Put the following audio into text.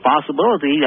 possibility